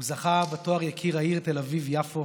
הוא זכה בתואר יקיר העיר תל אביב-יפו